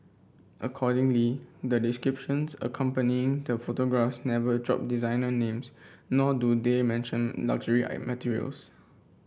accordingly the descriptions accompanying the photographs never drop designer names nor do they mention luxury materials